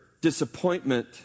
disappointment